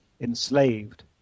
enslaved